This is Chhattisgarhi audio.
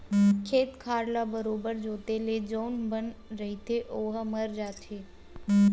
खेत खार ल बरोबर जोंते ले जउन बन रहिथे ओहा मर जाथे